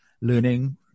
learning